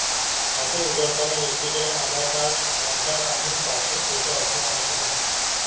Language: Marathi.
खाते उघडताना व्यक्तीकडे आधार कार्ड, पॅन कार्ड आणि पासपोर्ट फोटो असणे आवश्यक आहे